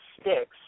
sticks